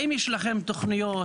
האם יש לכם תוכניות?